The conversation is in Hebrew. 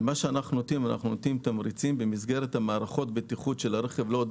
אנחנו נותנים תמריצים במסגרת מערכות הבטיחות של הרכב עם עוד